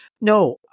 No